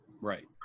right